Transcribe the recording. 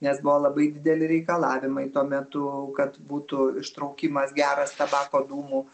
nes buvo labai dideli reikalavimai tuo metu kad būtų ištraukimas geras tabako dūmų